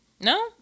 No